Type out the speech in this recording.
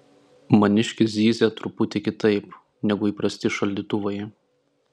maniškis zyzia truputį kitaip negu įprasti šaldytuvai